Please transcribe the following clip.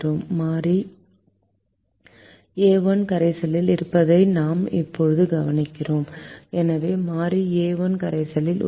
மாறி a1 கரைசலில் இருப்பதை நாம் இப்போது கவனிக்கிறோம் எனவே மாறி a1 கரைசலில் உள்ளது